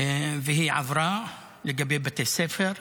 והיא עברה לגבי בתי ספר,